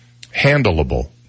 Handleable